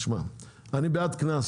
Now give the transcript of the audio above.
אני בעד קנס,